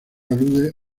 alude